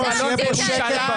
8 נגד, 1